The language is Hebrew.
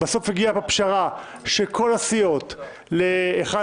בסוף הגיעה פה פשרה, של כל הסיעות, ל-1.3.